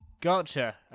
Gotcha